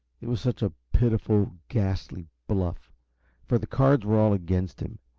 it was such a pitiful, ghastly bluff for the cards were all against him,